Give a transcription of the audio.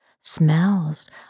Smells